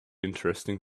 interesting